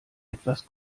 etwas